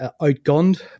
outgunned